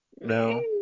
No